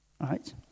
right